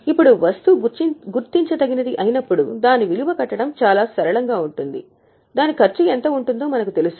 ఇప్పుడు వస్తువు గుర్తించదగినది అయినప్పుడు దాని విలువ కట్టడం చాలా సరళంగా ఉంటుంది దాని ఖర్చు ఎంత ఉంటుందో మనకు తెలుసు